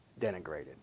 denigrated